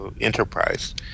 Enterprise